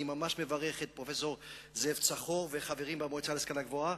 אני ממש מברך את פרופסור זאב צחור וחברים במועצה להשכלה גבוהה,